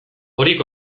horiek